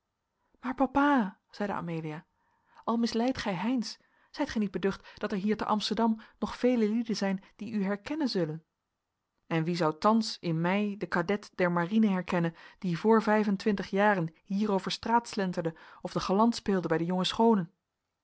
maar papa zeide amelia al misleidt gij heynsz zijt gij niet beducht dat er hier te amsterdam nog vele lieden zijn die u herkennen zullen en wie zou thans in mij den cadet der marine herkennen die voor vijf en twintig jaren hier over straat slenterde of den galant speelde bij de jonge schoonen